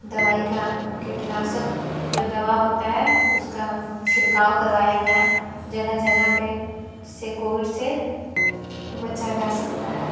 दवाई का कीटनाशक जो दवा होता है उसका छिड़काव करवाया गया जगह जगह पर इससे कोविड से बचा जा सकता है